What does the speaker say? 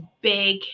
big